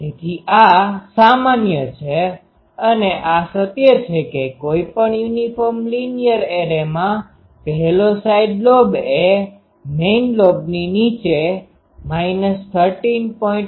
તેથી આ સામાન્ય છે અને આ સત્ય છે કે કોઈપણ યુનિફોર્મ લીનીયર એરેમાં પહેલો સાઈડ લોબ એ મેઈન લોબની નીચે 13